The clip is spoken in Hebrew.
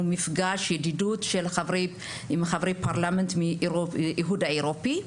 מפגש ידידות עם חברי פרלמנט מהאיחוד האירופי.